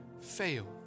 fail